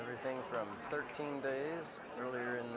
everything from thirteen days earlier in